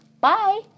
bye